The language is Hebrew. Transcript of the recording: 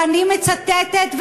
ואני מצטטת,